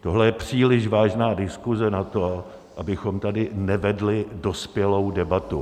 Tohle je příliš vážná diskuse na to, abychom tady nevedli dospělou debatu.